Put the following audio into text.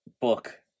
book